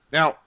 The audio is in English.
Now